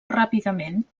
ràpidament